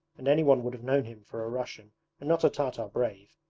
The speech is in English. and anyone would have known him for a russian and not a tartar brave.